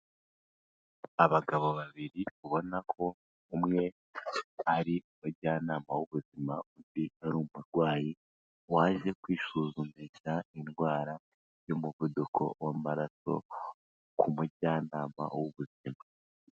Abagabo babiri ubona ko umwe ari umujyanama w'ubuzima, undi ari umurwayi waje kwisuzumisha indwara y'umuvuduko w'amaraso ku mujyanama w'ubuzima.